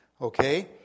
Okay